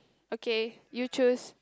okay you choose